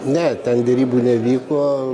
ne ten derybų nevyko